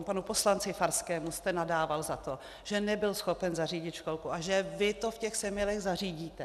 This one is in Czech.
Panu poslanci Farskému jste nadával za to, že nebyl schopen zařídit školku a že vy to v těch Semilech zařídíte.